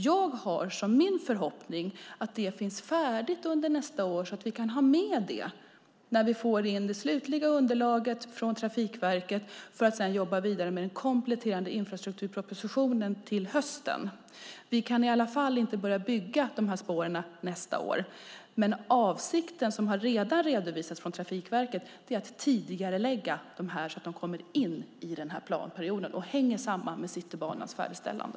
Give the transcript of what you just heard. Jag har som min förhoppning att det finns färdigt under nästa år så att vi kan ha med det när vi får in det slutliga underlaget från Trafikverket, för att sedan jobba vidare med den kompletterande infrastrukturpropositionen till hösten. Vi kan i alla fall inte börja bygga dessa spår nästa år. Men avsikten, som redan har redovisats från Trafikverket, är att tidigarelägga dem så att de kommer in i den här planperioden och hänger samman med Citybanans färdigställande.